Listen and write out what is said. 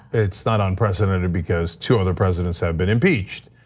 it's not unprecedented because two other presidents have been impeached.